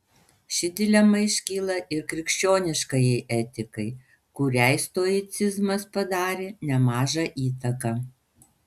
ši dilema iškyla ir krikščioniškajai etikai kuriai stoicizmas padarė nemažą įtaką